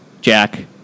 Jack